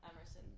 Emerson